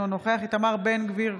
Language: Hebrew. אינו נוכח איתמר בן גביר,